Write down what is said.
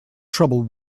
trouble